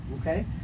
Okay